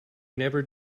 never